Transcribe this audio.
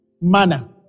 manner